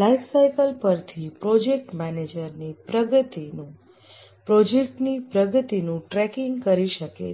lifecycle પરથી project manager પ્રોજેક્ટની પ્રગતિનું ટ્રેકિંગ કરી શકે છે